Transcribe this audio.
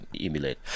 emulate